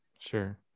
sure